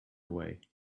away